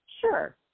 Sure